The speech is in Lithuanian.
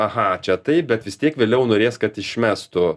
aha čia taip bet vis tiek vėliau norės kad išmestų